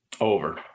Over